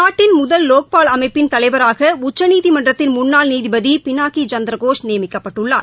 நாட்டின் முதல் லோக்பால் அமைப்பின் தலைவராகஉச்சநீதிமன்றத்தின் முன்னாள் நீதிபதிபினாக்கிசந்திரகோஷ் நியமிக்கப்பட்டுள்ளார்